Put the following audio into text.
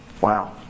wow